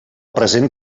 present